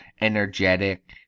energetic